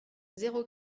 zéro